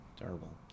terrible